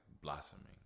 blossoming